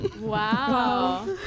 Wow